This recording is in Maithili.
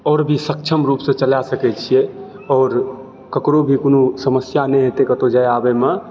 आओर भी सक्षम रूप सऽ चला सकै छियै आओर ककरो भी कोनो समस्या नहि हेतै कतौ जाय आबय मे